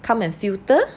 come and filter